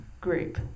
group